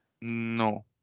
No